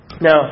Now